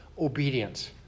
obedience